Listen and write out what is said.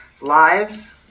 lives